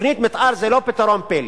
תוכנית מיתאר זה לא פתרון פלא,